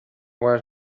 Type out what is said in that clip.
were